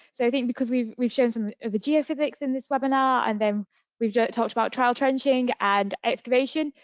so i think because we've we've shown some of the geophysics in this webinar, and then we've talked about trial trenching and excavation,